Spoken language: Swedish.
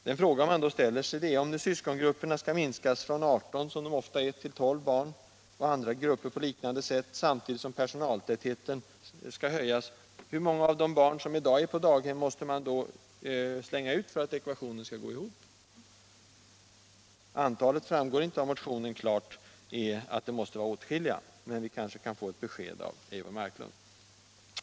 Min fråga är då: Om syskongrupperna skall minskas från 18 barn, vilket det ofta är, till 12 och andra grupper minskas på liknande sätt, samtidigt som personaltätheten skall öka, hur många av de barn som i dag är på daghem måste man i så fall slänga ut för att ekvationen skall gå ihop? Det framgår inte av motionen, men klart är att det måste vara åtskilliga. Kan vi få ett besked av Eivor Marklund?